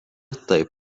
taip